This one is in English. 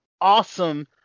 awesome